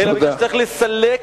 אלא מפני שצריך לסלק,